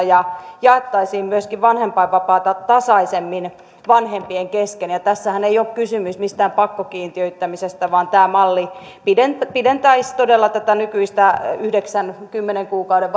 ja jaettaisiin myöskin vanhempainvapaata tasaisemmin vanhempien kesken tässähän ei ole kysymys mistään pakkokiintiöittämisestä vaan tämä malli pidentäisi todella nykyistä yhdeksän viiva kymmenen kuukauden